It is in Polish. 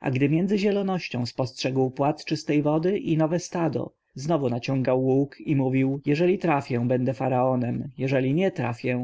a gdy między zielonością spostrzegł płat czystej wody i nowe stado znowu naciągał łuk i mówił jeżeli trafię będę faraonem jeżeli nie trafię